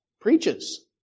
Preaches